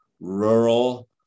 rural